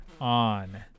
on